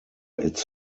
its